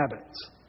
habits